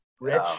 rich